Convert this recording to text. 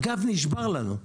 הגב נשבר לנו.